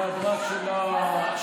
בהיעדרה של השרה?